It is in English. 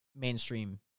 mainstream